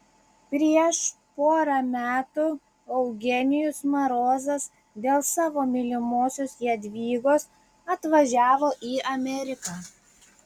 prieš porą metų eugenijus marozas dėl savo mylimosios jadvygos atvažiavo į ameriką